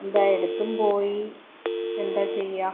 എന്താ എടുത്തും പോയി എന്താ ചെയ്യുക